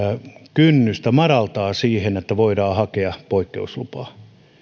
kynnystä madaltaa siihen että voidaan hakea poikkeuslupaa